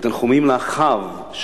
ותנחומים לאחיו,